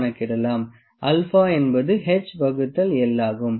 α என்பது h வகுத்தல் L ஆகும்